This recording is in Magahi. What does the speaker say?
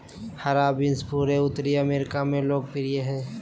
हरा बीन्स पूरे उत्तरी अमेरिका में लोकप्रिय हइ